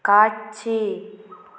காட்சி